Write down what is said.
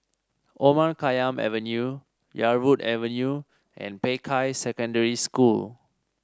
Omar Khayyam Avenue Yarwood Avenue and Peicai Secondary School